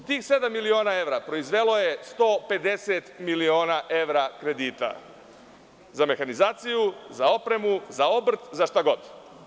Tih sedam miliona evra proizvelo je 150 miliona evra kredita, za mehanizaciju, za opremu, za obrt, za šta god.